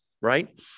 right